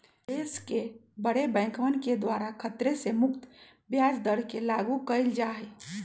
देश के बडे बैंकवन के द्वारा खतरे से मुक्त ब्याज दर के लागू कइल जा हई